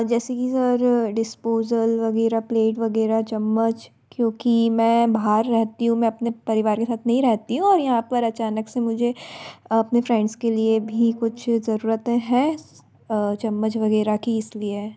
जैसे कि sir disposal वग़ैरह प्लेट वग़ैरह चम्मच क्योंकि मैं बाहर रहेती हूँ मैं अपने परिवार के साथ नहीं रहेती हूँ और यहाँ पर अचानक से मुझे अपने फ्रेंड्स के लिए भी कुछ ज़रूरते हैं चम्मच वग़ैरह की इस लिए